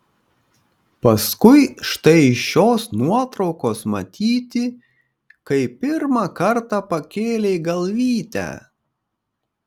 paskui štai iš šios nuotraukos matyti kai pirmą kartą pakėlei galvytę